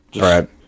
Right